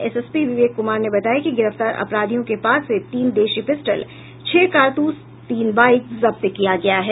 SSP Vivek Kumar ने बताया कि गिरफ्तार अपराधियों के पास से तीन देशी पिस्टल छह कारतूस तीन बाइक जब्त किया गया है